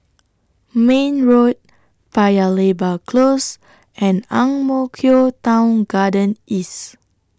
Mayne Road Paya Lebar Close and Ang Mo Kio Town Garden East